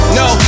no